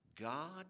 God